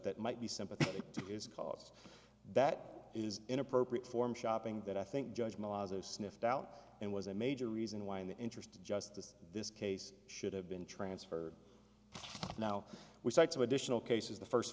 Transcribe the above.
that might be sympathetic to his cause that is in appropriate form shopping that i think judge laws are sniffed out and was a major reason why in the interest of justice this case should have been transferred now we start two additional cases the first